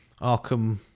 Arkham